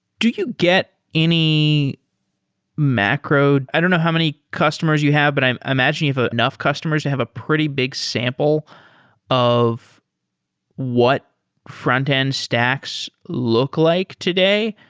do you get any macro i don't know how many customers you have, but i'm imagining ah enough customers to have a pretty big sample of what frontend stacks look like today.